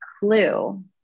clue